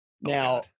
Now